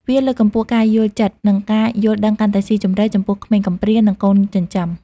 វាលើកកម្ពស់ការយល់ចិត្ត និងការយល់ដឹងកាន់តែស៊ីជម្រៅចំពោះក្មេងកំព្រា និងកូនចិញ្ចឹម។